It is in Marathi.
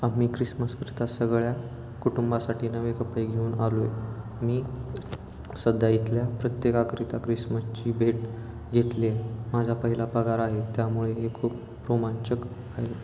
आम्ही ख्रिसमसकरिता सगळ्या कुटुंबासाठी नवे कपडे घेऊन आलो आहे मी सध्या इथल्या प्रत्येकाकरिता क्रिसमशची भेट घेतली आहे माझा पहिला पगार आहे त्यामुळे हे खूप रोमांचक आहे